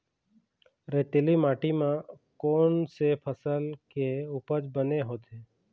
रेतीली माटी म कोन से फसल के उपज बने होथे?